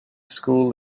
school